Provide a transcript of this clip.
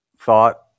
thought